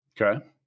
Okay